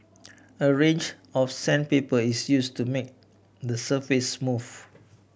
a range of sandpaper is used to make the surface smooth